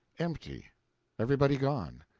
empty everybody gone!